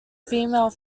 female